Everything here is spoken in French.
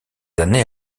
années